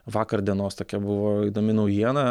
vakar dienos tokia buvo įdomi naujiena